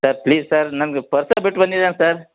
sir please sir ನಾನು ಪರ್ಸೆ ಬಿಟ್ಟು ಬಂದಿದ್ದೇನೆ ಸರ್